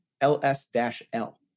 ls-l